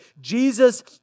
Jesus